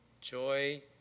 Joy